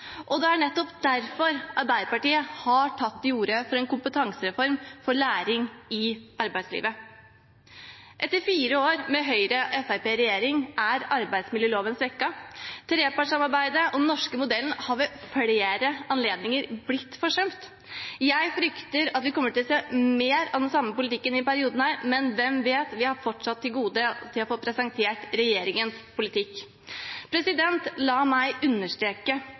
og nettopp derfor har Arbeiderpartiet tatt til orde for en kompetansereform for læring i arbeidslivet. Etter fire år med Høyre–Fremskrittspartiet-regjering er arbeidsmiljøloven svekket, og trepartssamarbeidet og den norske modellen har ved flere anledninger blitt forsømt. Jeg frykter at vi kommer til å se mer av den samme politikken i denne perioden. Men hvem vet? Vi har fortsatt til gode å få presentert regjeringens politikk. La meg understreke: